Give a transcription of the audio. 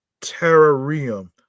terrarium